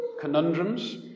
conundrums